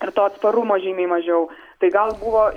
ir to atsparumo žymiai mažiau tai gal buvo